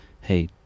hey